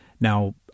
Now